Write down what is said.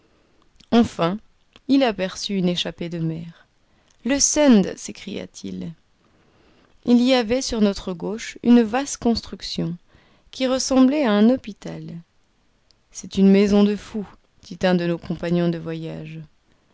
enfin il aperçut une échappée de mer le sund s'écria-t-il il y avait sur notre gauche une vaste construction qui ressemblait à un hôpital c'est une maison de fous dit un de nos compagnons de voyage